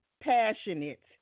passionate